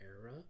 era